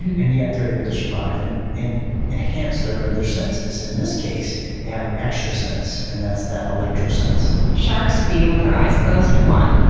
and yet they're able to survive and enhance their other senses. in this case, they have an extra sense and that's that electro sense. sharks feeding with their eyes closed, come on,